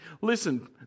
Listen